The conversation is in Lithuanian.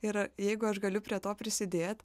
ir jeigu aš galiu prie to prisidėt